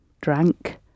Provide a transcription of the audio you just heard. drank